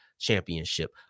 championship